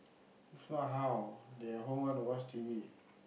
so how they at home want to watch T_V